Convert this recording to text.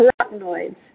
carotenoids